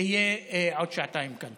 שתהיה עוד שעתיים כאן.